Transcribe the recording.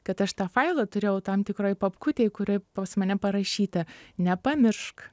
kad aš tą failą turėjau tam tikroj papkutėj kurioj pas mane parašyta nepamiršk